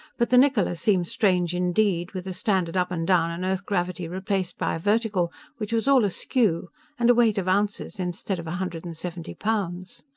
but the niccola seemed strange indeed, with the standard up and down and earth-gravity replaced by a vertical which was all askew and a weight of ounces instead of a hundred and seventy pounds.